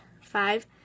Five